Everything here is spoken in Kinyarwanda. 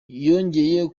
yongeye